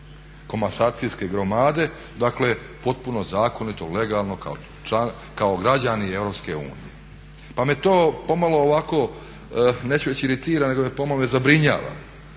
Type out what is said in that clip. komasacijske gromade, dakle potpuno zakonito, legalno kao građani Europske unije. Pa me to pomalo ovako, neću reći iritira nego me pomalo i zabrinjava.